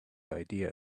idea